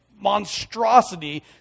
monstrosity